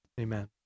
amen